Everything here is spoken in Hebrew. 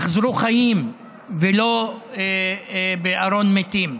יחזרו חיים ולא בארון מתים.